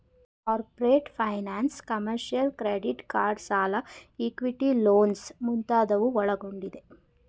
corporate finance, commercial, credit card ಸಾಲ, equity loans ಮುಂತಾದವು ಒಳಗೊಂಡಿದೆ